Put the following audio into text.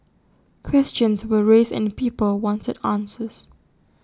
questions were raised and people wanted answers